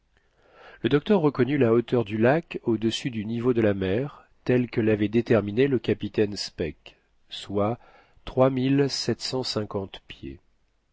le docteur reconnut la hauteur du lac au-dessus du niveau de la mer telle que l'avait déterminée le capitaine speke soit trois